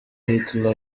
hitler